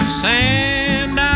sand